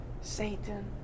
Satan